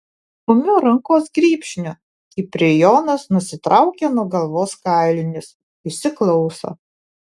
ūmiu rankos grybšniu kiprijonas nusitraukia nuo galvos kailinius įsiklauso